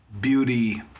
beauty